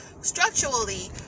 structurally